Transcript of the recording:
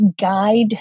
guide